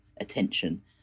attention